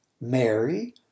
Mary